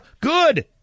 Good